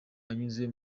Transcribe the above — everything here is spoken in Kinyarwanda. yanyuze